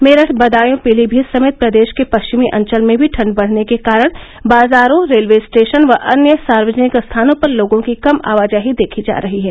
मेरठ बदायूं पीलीभीत समेत प्रदेश के पश्चिमी अंचल में भी ठंड बढने के कारण बाजारों रेलवे स्टेशन व अन्य सार्वजनिक स्थानों पर लोगों की कम आवाजाही देखी जा रही है